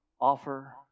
offer